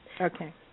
Okay